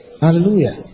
Hallelujah